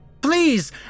Please